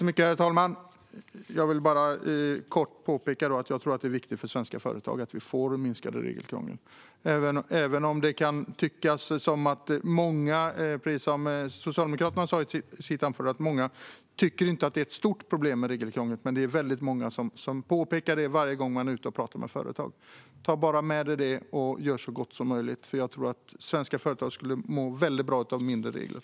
Herr talman! Jag vill bara kortfattat påpeka att jag tror att det är viktigt för svenska företag att vi får ett minskat regelkrångel. Även om det kan tyckas som att många, som socialdemokraten sa i sitt anförande, inte tycker att det är ett stort problem med regelkrånglet. Men det är väldigt många som påpekar det varje gång man är ute och pratar med företagare. Ta bara med dig detta, Henrik Edin, och gör så gott som möjligt, eftersom jag tror att svenska företag skulle må mycket bra av mindre regler.